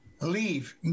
leave